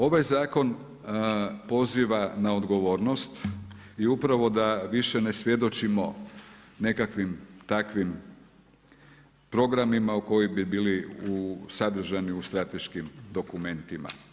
Ovaj zakon poziva na odgovornost i upravo da više ne svjedočimo nekakvim takvim programima koji bi bili sadržani u strateškim dokumentima.